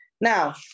now